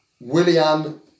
William